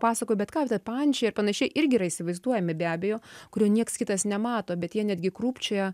pasakoju bet ką pančiai ir panašiai irgi yra įsivaizduojami be abejo kurio nieks kitas nemato bet jie netgi krūpčioja